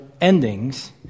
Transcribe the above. endings